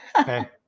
Okay